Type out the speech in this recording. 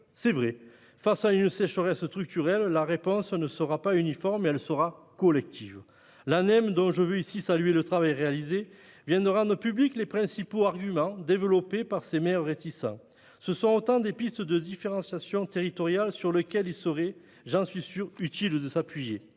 C'est vrai : face à une sécheresse structurelle, la réponse ne sera pas uniforme ; elle sera collective. L'Anem, dont je salue le travail, vient de rendre publics les principaux arguments développés par ces maires réticents. Ce sont autant de pistes de différentiation territoriale sur lesquelles il serait- j'en suis sûr -utile de s'appuyer.